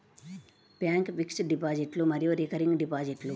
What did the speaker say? bank fixed డిపాజిట్లు మరియు recurring డిపాజిట్లు